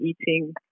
eating